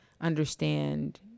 understand